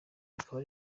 rikaba